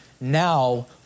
Now